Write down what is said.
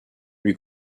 lui